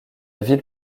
ville